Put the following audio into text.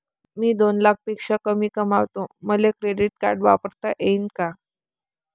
मी दोन लाखापेक्षा कमी कमावतो, मले क्रेडिट कार्ड वापरता येईन का?